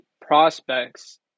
prospects